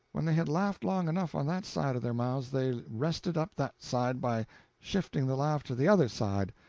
when they had laughed long enough on that side of their mouths, they rested-up that side by shifting the laugh to the other side.